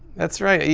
that's right.